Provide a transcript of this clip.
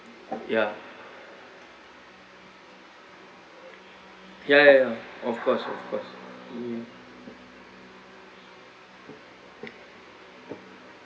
ya ya ya ya of course of course mm